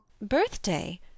birthday